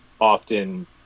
often